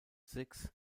six